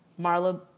Marla